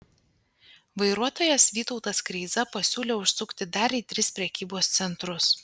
vairuotojas vytautas kreiza pasiūlė užsukti dar į tris prekybos centrus